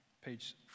Page